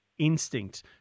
instinct